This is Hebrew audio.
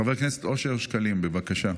חבר הכנסת אושר שקלים, בבקשה.